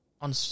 on